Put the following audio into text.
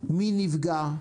מי נפגע,